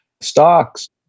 Stocks